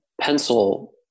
pencil